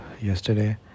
yesterday